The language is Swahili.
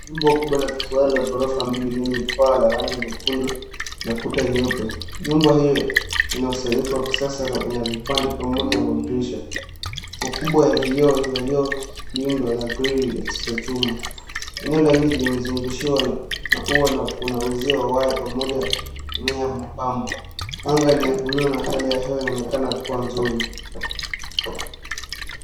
Jengo kubwa lenye ghorofa mbili limepakwa rangi nyekundu na kuta nyeupe. Jengo hilo limejengwa kwa usanifu wa kisasa likiwa na vipengele vya mapambo ya kisasa. Mlango mkuu umewekewa grill ya chuma kwa usalama. Eneo la nje limepambwa kwa mimea na maua, na kuna uzio wa waya uliowekwa kwa mpangilio. Anga ni ya buluu na hali ya hewa inaonekana kuwa nzuri.